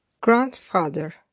Grandfather